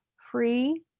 free